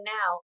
now